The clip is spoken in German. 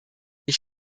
ich